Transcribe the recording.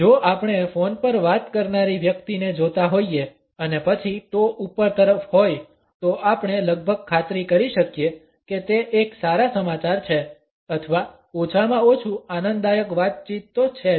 જો આપણે ફોન પર વાત કરનારી વ્યક્તિને જોતા હોઈએ અને પછી ટો ઉપર તરફ હોય તો આપણે લગભગ ખાતરી કરી શકીએ કે તે એક સારા સમાચાર છે અથવા ઓછામાં ઓછું આનંદદાયક વાતચીત તો છે જ